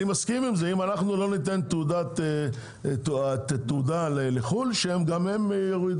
אני מסכים שאם לא ניתן תעודה לחו"ל הם יורידו,